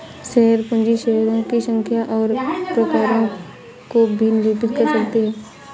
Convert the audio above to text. share पूंजी शेयरों की संख्या और प्रकारों को भी निरूपित कर सकती है